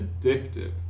addictive